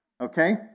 okay